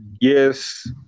yes